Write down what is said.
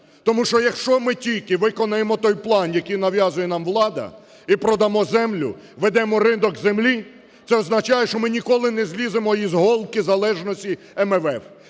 Тому що якщо ми тільки виконаємо той план, який нав'язує нам влада і продамо землю, введено ринок землі, це означає, що ми ніколи не зліземо із "голки залежності" МВФ,